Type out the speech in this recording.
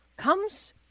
Comes